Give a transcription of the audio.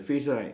rest